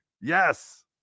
Yes